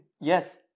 Yes